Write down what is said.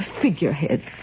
figureheads